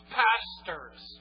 pastors